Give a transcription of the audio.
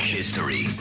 History